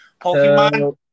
Pokemon